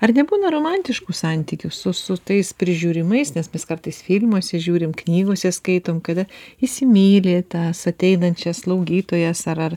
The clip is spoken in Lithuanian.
ar nebūna romantiškų santykių su su tais prižiūrimais nes mes kartais filmuose žiūrim knygose skaitom kada įsimyli tas ateinančias slaugytojas ar ar